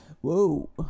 Whoa